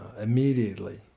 Immediately